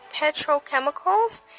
petrochemicals